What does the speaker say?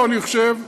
אני חושב,